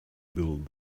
build